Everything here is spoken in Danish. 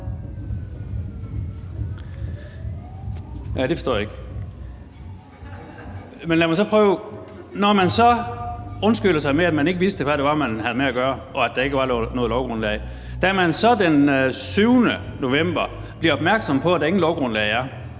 Det forstår jeg ikke. Men lad mig så prøve noget andet. Man undskylder sig med, at man ikke vidste, hvad det var, man havde med at gøre, og at der ikke var noget lovgrundlag, men da man så den 7. november bliver opmærksom på, at der intet lovgrundlag